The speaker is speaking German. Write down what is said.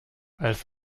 als